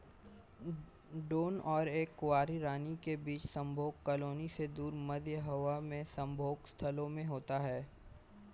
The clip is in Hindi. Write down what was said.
ड्रोन और एक कुंवारी रानी के बीच संभोग कॉलोनी से दूर, मध्य हवा में संभोग स्थलों में होता है